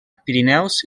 pirineus